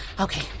Okay